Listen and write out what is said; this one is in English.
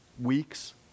weeks